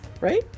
right